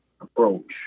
approach